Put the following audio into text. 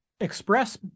express